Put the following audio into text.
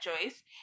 choice